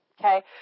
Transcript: Okay